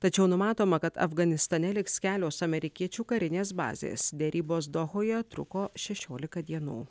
tačiau numatoma kad afganistane liks kelios amerikiečių karinės bazės derybos dohoje truko šešiolika dienų